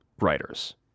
writers